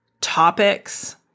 topics